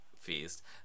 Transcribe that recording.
feast